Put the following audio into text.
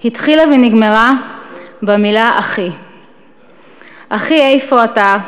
התחילה ונגמרה במילה "אחי" אחי, איפה אתה?